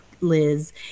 Liz